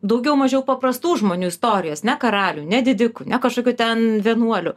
daugiau mažiau paprastų žmonių istorijos ne karalių ne didikų ne kažkokių ten vienuolių